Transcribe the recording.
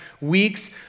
weeks